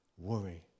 worry